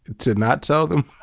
to not tell them